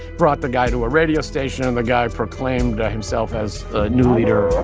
brought the guy to a radio station. and the guy proclaimed himself as the new leader